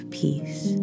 peace